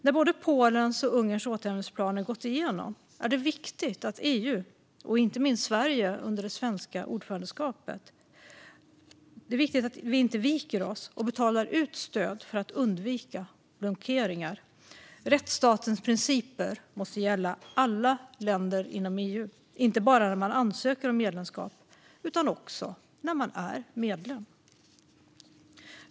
När både Polens och Ungerns återhämtningsplaner gått igenom är det viktigt att EU, och inte minst Sverige under det svenska ordförandeskapet, inte viker sig och betalar ut stöd för att undvika blockeringar. Rättsstatens principer måste gälla alla länder inom EU, inte bara när man ansöker om medlemskap utan också när man är medlem.